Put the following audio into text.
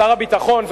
שר הביטחון,